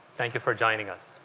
thank you for joining us